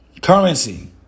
Currency